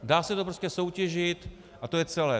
Dá se to prostě soutěžit a to je celé.